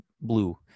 blue